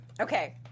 Okay